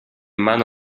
mano